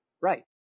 right